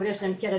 אבל יש להן קרן,